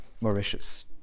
Mauritius